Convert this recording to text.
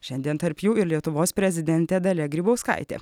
šiandien tarp jų ir lietuvos prezidentė dalia grybauskaitė